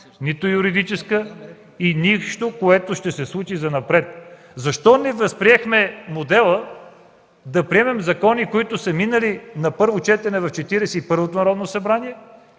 нито юридически и нищо, което ще се случи занапред. Защо не възприехме модела да приемем закони, които са минали на първо четене в Четиридесет